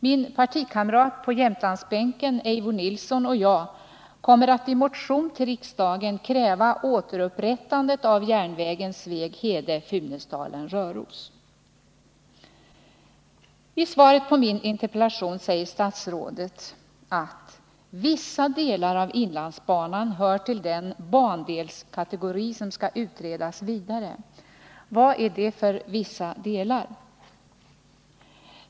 Min partikamrat på Jämtlandsbänken, Eivor Nilson, och jag kommer att i motion till riksdagen kräva återupprättandet av järnvägen Sveg-Hede-Funäsdalen-Röros. I svaret på min interpellation säger statsrådet: ” Vissa delar av inlandsbanan —-—-— hör till den bandelskategori som skall utredas vidare.” Vad är det för ”vissa delar”?